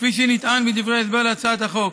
כפי שנטען בדברי ההסבר להצעת החוק.